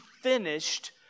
finished